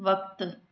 वक़्तु